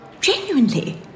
Genuinely